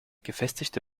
gefestigte